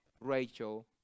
Rachel